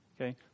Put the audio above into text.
Okay